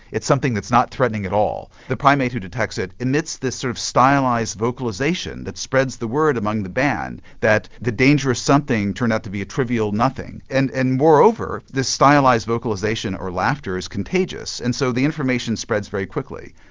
it's something that's not threatening at all. the primate who detects it emits this sort of stylised vocalisation that spreads the word among the band that the dangerous something turned out to be a trivial nothing. and and moreover, this stylised vocalisation or laughter is contagious, and so the information spreads very quickly.